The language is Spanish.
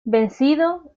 vencido